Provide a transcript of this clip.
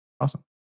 Awesome